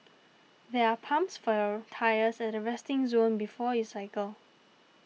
there are pumps for your tyres at the resting zone before you cycle